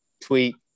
tweet